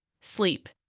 sleep